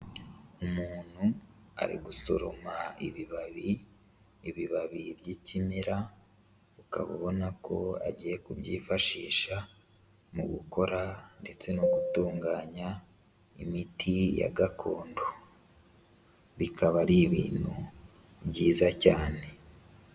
Umuntu ari gusoroma ibibabi, ibibabi by'ikimera, ukaba ubona ko agiye kubyifashisha mu gukora ndetse no gutunganya imiti ya gakondo, bikaba ari ibintu byiza cyane.